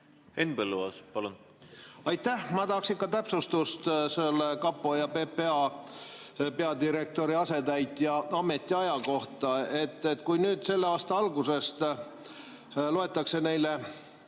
Henn Põlluaas, palun! Aitäh! Ma tahaksin ikka täpsustust selle kapo ja PPA peadirektori asetäitja ametiaja kohta. Kui selle aasta algusest loetakse neile